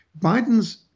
Biden's